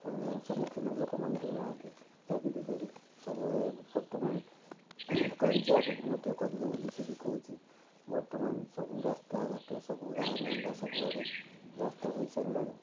ସମ୍ମୁଖୀନ ଲୋକମାନେ ହେଉନାହାନ୍ତି ଯାହାକି ବିଜେଡ଼ି ସବୁବେଳେ ବର୍ତ୍ତମାନ କରିଛି ଆଗକୁ ମଧ୍ୟ କରିବ ବୋଲି ସେ ବି କହୁଛି ବର୍ତ୍ତମାନ ସବୁ ରାସ୍ତାଘାଟ ସବୁ ଗାଁ ଗଣ୍ଡା ସବୁଆଡ଼େ ରାସ୍ତା ହୋଇ ସାରିଲାଣି